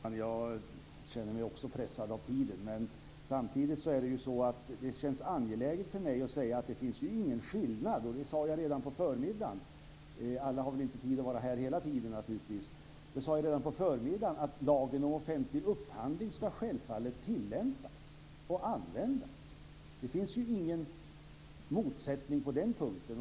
Fru talman! Jag känner mig också pressad av tiden, men samtidigt känns det angeläget för mig att säga att det inte finns någon skillnad. Det sade jag redan på förmiddagen - alla har väl inte tid att vara här hela tiden. Jag sade redan på förmiddagen att lagen om offentlig upphandling självfallet ska tillämpas och användas. Det finns ingen motsättning på den punkten.